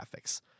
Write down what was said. graphics